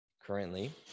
currently